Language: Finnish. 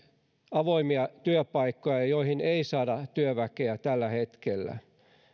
avoimia työpaikkoja joihin ei saada työväkeä tällä hetkellä